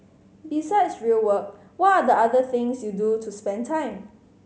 besides real work what are the other things you do to spend time